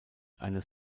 eines